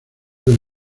del